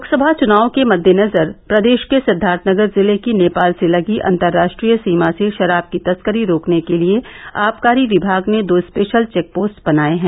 लोकसभा चुनाव के मददेनजर प्रदेष के सिद्दार्थनगर जिले की नेपाल से लगी अन्तर्राश्ट्रीय सीमा से षराब की तस्करी रोकने के लिये आबकारी विभाग ने दो स्पेषल चेक पोस्ट बनाये हैं